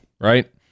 right